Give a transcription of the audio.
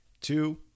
two